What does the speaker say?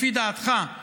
לפי דעתך,